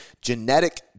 genetic